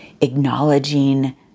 acknowledging